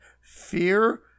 Fear